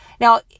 Now